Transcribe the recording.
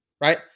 right